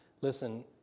Listen